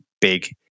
big